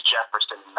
Jefferson